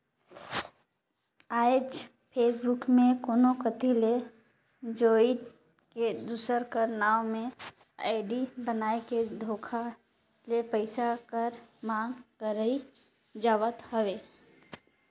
आएज फेसबुक में कोनो कती ले जुइड़ के, दूसर कर नांव में आईडी बनाए के धोखा ले पइसा कर मांग करई जावत हवे